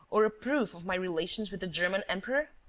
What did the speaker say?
or a proof of my relations with the german emperor?